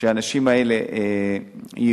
שהאנשים האלה ייוחדו,